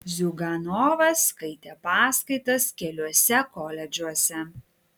ziuganovas skaitė paskaitas keliuose koledžuose